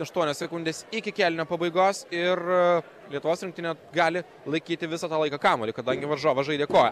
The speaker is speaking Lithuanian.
aštuonios sekundės iki kėlinio pabaigos ir lietuvos rinktinė gali laikyti visą tą laiką kamuolį kadangi varžovas žaidė kuo